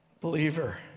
Believer